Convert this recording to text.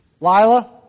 Lila